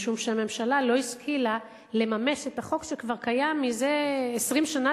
משום שהממשלה לא השכילה לממש את החוק שכבר קיים מזה 20 שנה,